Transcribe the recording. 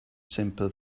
simple